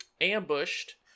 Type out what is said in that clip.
ambushed